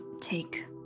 take